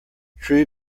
true